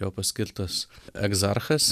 jo paskirtas egzarchas